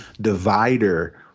divider